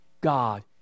God